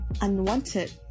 unwanted